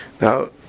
Now